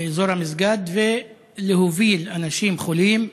לאזור המסגד, ולהוביל אנשים חולים החוצה.